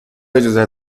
اجازه